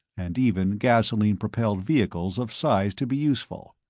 and even gasoline-propelled vehicles of size to be useful.